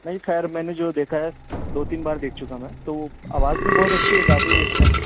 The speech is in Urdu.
نہیں خیر میں نے جو دیکھا ہے دو تین بار دیکھ چکا میں تو آواز بھی بہت اچھی ہے گاتے بھی اچھا ہیں